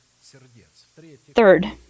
Third